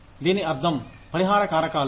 దీని అర్థం పరిహార కారకాలు